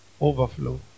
Overflow